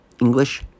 English